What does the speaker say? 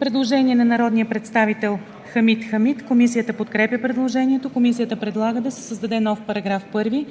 Предложение на народния представител Хамид Хамид. Комисията подкрепя предложението. Комисията предлага да се създадe нов § 1: „§ 1.